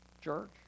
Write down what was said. church